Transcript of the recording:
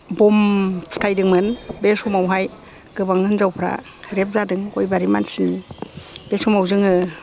बम फुथायदोंमोन बे समावहाय गोबां हिनजावफ्रा रेप जादों गयबारि मानसिनि बे समाव जोङो